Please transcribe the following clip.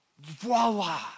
voila